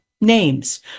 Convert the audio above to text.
names